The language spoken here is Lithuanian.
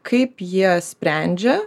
kaip jie sprendžia